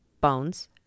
bones